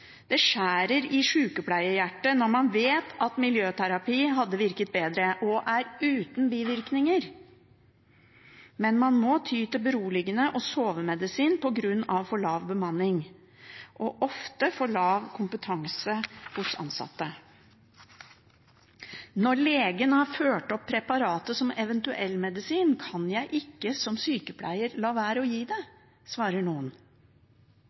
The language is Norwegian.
Det skjærer sykepleierhjertet når man vet at miljøterapi hadde virket bedre , men man må ty til beroligende og sovemedisin på grunn av for lav grunnbemanning og ofte for lav kompetanse hos personalet.» «Når legen har ført opp preparatet som eventuell-medisin, kan ikke jeg som sykepleier la være å gi det», svarer noen.